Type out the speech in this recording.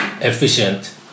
efficient